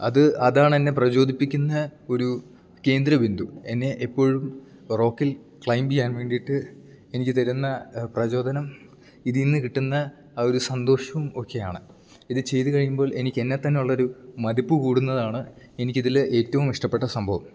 അത് അതാണെന്നെ പ്രചോദിപ്പിക്കുന്ന ഒരു കേന്ദ്ര ബിന്ദു എന്നെ എപ്പോഴും റോക്കിൽ ക്ലൈമ്പ് ചെയ്യാൻ വേണ്ടിയിട്ട് എനിക്ക് തരുന്ന പ്രചോദനം ഇതിൽ നിന്ന് കിട്ടുന്ന ആ ഒരു സന്തോഷവും ഒക്കെയാണ് ഇത് ചെയ്തു കഴിയുമ്പോൾ എനിക്കെന്നെത്തന്നെ ഉള്ളൊരു മതിപ്പ് കൂടുന്നതാണ് എനിക്കിതിൽ ഏറ്റവും ഇഷ്ടപ്പെട്ട സംഭവം